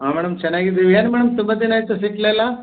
ಆಂ madam ಚೆನ್ನಾಗಿದೀವಿ ಏನು madam ತುಂಬ ದಿನ ಆಯಿತು ಸಿಗಲೇ ಇಲ್ಲ